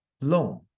long